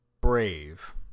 brave